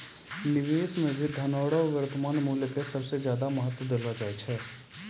निवेश मे भी धनो रो वर्तमान मूल्य के सबसे ज्यादा महत्व देलो जाय छै